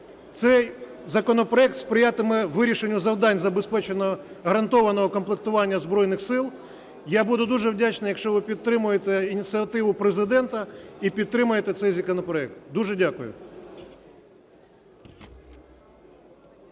Цей законопроект сприятиме вирішенню завдань забезпечення гарантованого комплектування Збройних Сил. Я буду дуже вдячний, якщо ви підтримаєте ініціативу Президента і підтримаєте цей законопроект. Дуже дякую.